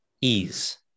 ease